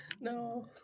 No